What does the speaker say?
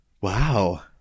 wow